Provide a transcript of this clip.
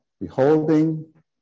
beholding